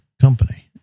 company